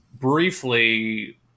briefly